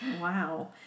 Wow